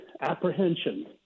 apprehension